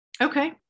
Okay